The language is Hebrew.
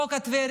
החוק על טבריה